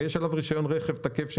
ויש עליו רישיון רכב תקף,